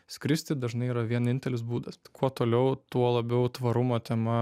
skristi dažnai yra vienintelis būdas kuo toliau tuo labiau tvarumo tema